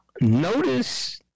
notice